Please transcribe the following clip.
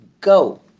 go